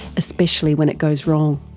especially when it goes wrong.